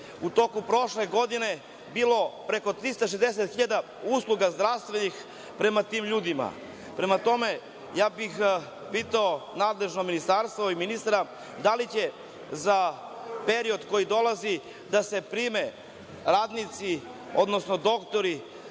u toku prošle godine bilo preko 360.000 usluga zdravstvenih prema tim ljudima. Prema tome, ja bih pitao nadležno ministarstvo i ministra - da li će za period koji dolazi da se prime radnici, odnosno doktori